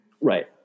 right